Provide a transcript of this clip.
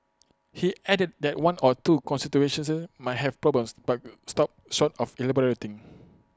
he added that one or two constituencies might have problems but stopped short of elaborating